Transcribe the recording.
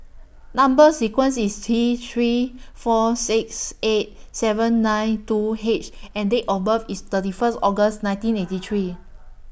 Number sequence IS T three four six eight seven nine two H and Date of birth IS thirty First August nineteen eighty three